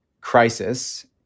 crisis